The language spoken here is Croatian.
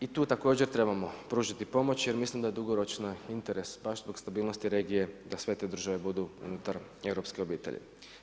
I tu također trebamo pružiti pomoć jer mislim da dugoročni interes je baš zbog stabilnosti regije da sve te države budu unutar europske obitelji.